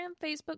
Facebook